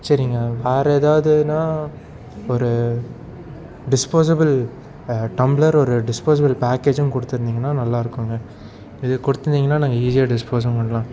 சரிங்க வேறு ஏதாவதுன்னா ஒரு டிஸ்போசபிள் டம்ளர் ஒரு டிஸ்போசபிள் பேக்கேஜும் கொடுத்துருந்திங்கன்னா நல்லா இருக்குங்க இதை கொடுத்துருந்திங்ன்னா நாங்கள் ஈஸியாக டிஸ்போஸும் பண்ணலாம்